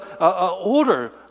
order